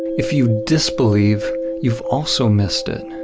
if you disbelieve you've also missed it.